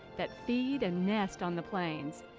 that feed and nest on the plains.